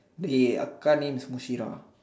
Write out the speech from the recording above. dey kakak name is Mushira